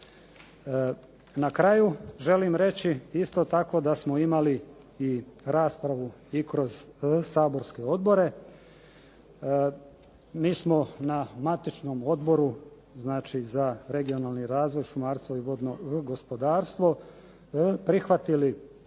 Na kraju želim reći isto tako da smo imali i raspravu i kroz saborske odbore. Mi smo na matičnom Odboru za regionalni razvoj, šumarstvo i vodno gospodarstvo prihvatili